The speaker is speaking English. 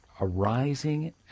arising